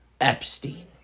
Epstein